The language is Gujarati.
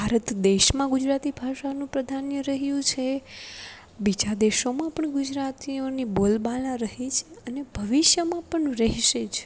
ભારત દેશમાં ગુજરાતી ભાષાનું પ્રાધાન્ય રહ્યું છે બીજા દેશોમાં પણ ગુજરાતીઓની બોલબાલા રહી છે અને ભવિષ્યમાં પણ રહેશે જ